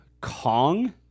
Kong